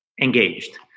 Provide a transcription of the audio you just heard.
engaged